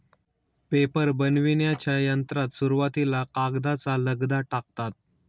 paper बनविण्याच्या यंत्रात सुरुवातीला कागदाचा लगदा टाकतात